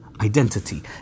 identity